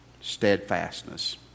steadfastness